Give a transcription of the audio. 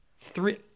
three—